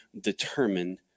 determine